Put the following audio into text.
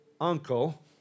uncle